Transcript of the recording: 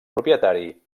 propietari